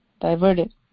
diverted